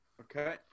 Okay